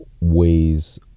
ways